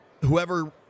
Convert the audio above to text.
whoever